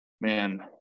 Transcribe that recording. Man